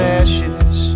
ashes